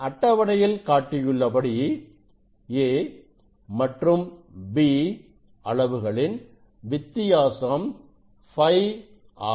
அட்டவணையில் காட்டியபடி a மற்றும் b அளவுகளின் வித்தியாசம் Φ ஆகும்